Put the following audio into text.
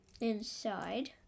inside